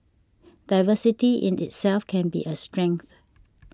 diversity in itself can be a strength